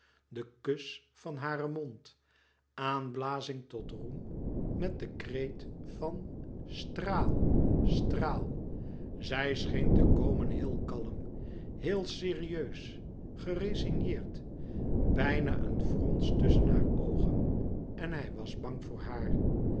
den kus van haren mond aanblazing tot roem met den kreet van straal straal zij scheen te komen heel kalm heel serieus geresigneerd bijna een frons tusschen haar oogen en hij was bang voor haar